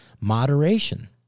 moderation